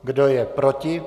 Kdo je proti?